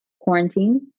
quarantine